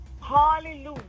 hallelujah